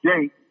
Jake